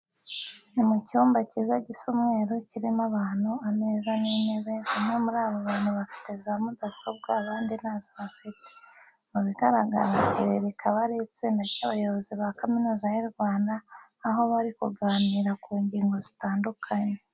Ni mu cyumba cyiza gisa umweru, kirimo abantu, ameza n'intebe, bamwe muri abo bantu bafite za mudasobwa abandi ntazo bafite. Mu bigaragara iri rikaba ari itsinda ry'abayobozi ba Kaminuza y'u Rwanda, aho bari kuganira ku ngingo zitandukanye.